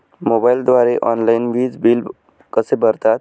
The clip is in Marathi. मोबाईलद्वारे ऑनलाईन वीज बिल कसे भरतात?